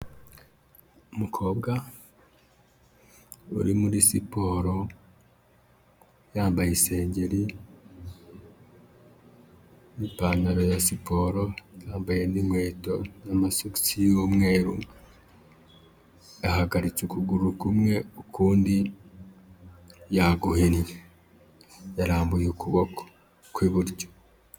Umukobwa uri muri siporo yambaye isengeri n'ipantaro ya siporo yambaye n'inkweto n'amasogisi y'umweru ahagaritse ukuguru kumwe ukundi yaguhinnye yarambuye ukuboko kw'iburyo.